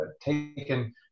taken